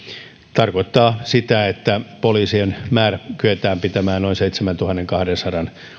tarkoittaa sitä että poliisien määrä kyetään pitämään noin seitsemäntuhannenkahdensadan